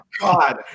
God